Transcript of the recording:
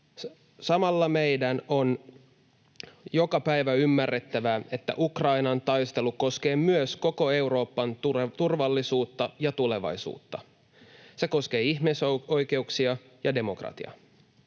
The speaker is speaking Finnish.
Samalla meidän on joka päivä ymmärrettävä, että Ukrainan taistelu koskee myös koko Euroopan turvallisuutta ja tulevaisuutta. Se koskee ihmisoikeuksia ja demokratiaa.